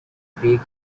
peak